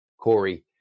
Corey